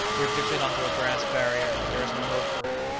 we have drifted on to a grass barrier, and there is no hope for it,